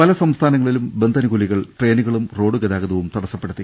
പലസംസ്ഥാനങ്ങളിലും ബന്ദ് അനുകൂലികൾ ട്രെയിനുകളും റോഡുഗ താഗതവും തടസ്സപ്പെടുത്തി